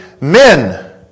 men